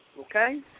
okay